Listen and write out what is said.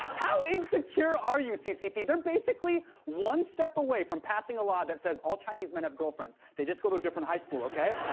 how insecure are you, ccp? they're basically one step away from passing a law that says, all chinese men have girlfriends. they just go to a different high school, okay?